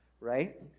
right